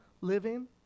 living